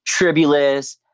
tribulus